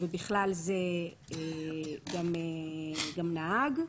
ובכלל זה גם נהג,